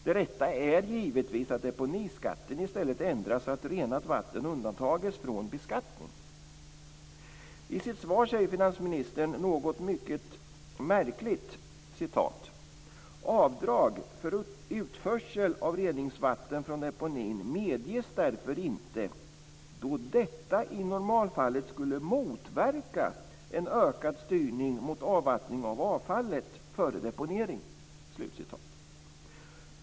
Det rätta är givetvis att deponiskatten i stället ändras så att renat vatten undantas från beskattning. I sitt svar säger finansministern något mycket märkligt: "Avdrag för utförsel av reningsvatten från deponin medges därför inte, då detta i normalfallet skulle motverka en ökad styrning mot avvattning av avfallet före deponering."